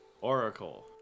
Oracle